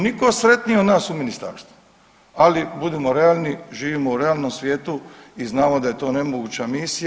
Nitko sretniji od nas u ministarstvu, ali budimo realni, živimo u realnom svijetu i znamo da je to nemoguća misija.